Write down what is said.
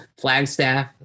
Flagstaff